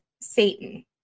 Satan